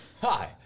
Hi